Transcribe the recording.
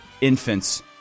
infants